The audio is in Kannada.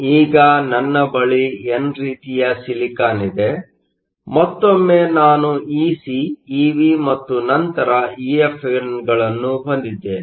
ಈಗ ನನ್ನ ಬಳಿ ಎನ್ ರೀತಿಯ ಸಿಲಿಕಾನ್ ಇದೆ ಮತ್ತೊಮ್ಮೆ ನಾನು ಇಸಿಇವಿ ಮತ್ತು ನಂತರ EFn ಗಳನ್ನು ಹೊಂದಿದ್ದೇನೆ